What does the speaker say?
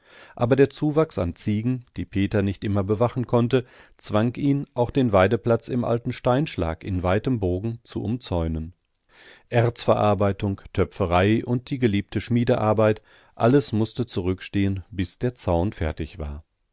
aber der zuwachs an ziegen die peter nicht immer bewachen konnte zwang ihn auch den weideplatz im alten steinschlag in weitem bogen zu umzäunen erzverarbeitung töpferei und die geliebte schmiedearbeit alles mußte zurückstehen bis der zaun fertig war